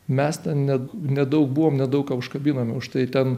mes ten ne daug buvom ne daug ką užkabinome už tai ten